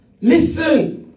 Listen